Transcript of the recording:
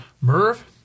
Merv